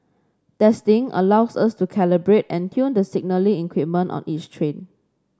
testing allows us to calibrate and tune the signalling equipment on each train